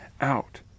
out